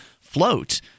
float